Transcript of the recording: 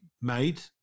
made